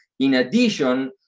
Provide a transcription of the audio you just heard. in addition,